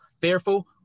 fearful